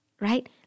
right